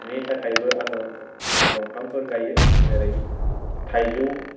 नि थाखायबो आङो दंफांफोर गाइयो जेरै थाइजौ